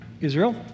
Israel